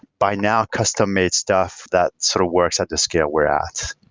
by now, custom-made stuff that sort of works at the scale we're at.